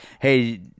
hey